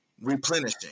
replenishing